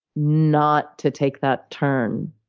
not to take that turn,